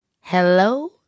Hello